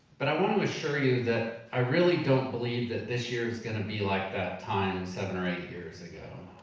but i wanna wanna assure you that i really don't believe that this year's gonna be like that time seven or eight years ago.